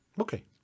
Okay